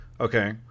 Okay